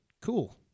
Cool